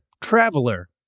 traveler